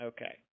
Okay